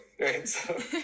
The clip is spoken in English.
Right